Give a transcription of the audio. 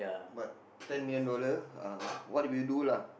but ten million dollar uh what do we do lah